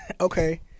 okay